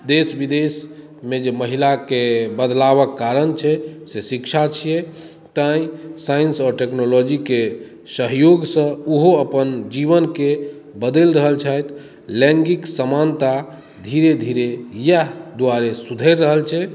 देश विदेशमे जे महिलाके बदलावक कारण छै से शिक्षा छियै तैँ साइंस आओर टेक्नोलोजीके सहयोगसँ ओहो अपन जीवनके बदलि रहल छथि लैङ्गिक समानता धीरे धीरे इएह दुआरे सुधरि रहल छै